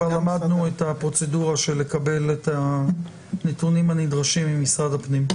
כבר למדנו את הפרוצדורה של לקבל את הנתונים הנדרשים ממשרד הפנים,